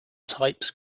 types